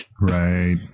Right